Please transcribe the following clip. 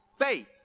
faith